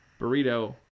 burrito